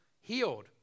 healed